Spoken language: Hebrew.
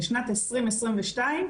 בשנת 2022,